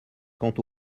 quant